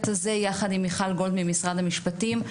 הזה יחד עם מיכל גולד ממשרד המשפטים.